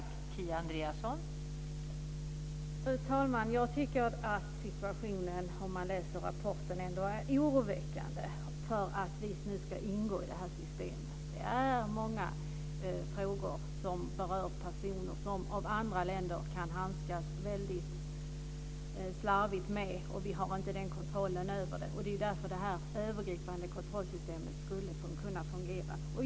Fru talman! Jag tycker efter att ha läst rapporten att situationen ändå är för oroväckande för att vi nu ska ingå i det här systemet. Det är många frågor som berör personer, och andra länder kan handskas väldigt slarvigt med de uppgifterna. Vi har inte kontroll över det. Det är därför det övergripande kontrollsystemet skulle kunna fungera.